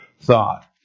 thought